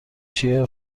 چیه